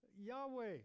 Yahweh